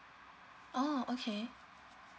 oh okay